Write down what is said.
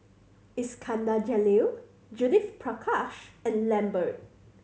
Iskandar Jalil Judith Prakash and Lambert